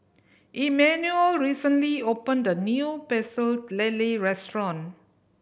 Immanuel recently opened a new Pecel Lele restaurant